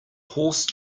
horse